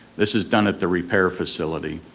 this is done at the repair facility.